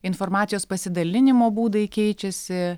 informacijos pasidalinimo būdai keičiasi